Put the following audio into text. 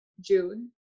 June